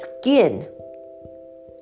skin